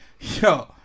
yo